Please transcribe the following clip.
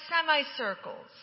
semicircles